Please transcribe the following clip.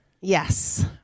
yes